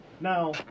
Now